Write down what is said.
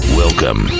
welcome